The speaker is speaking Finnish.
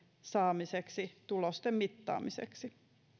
saamiseksi tulosten mittaamiseksi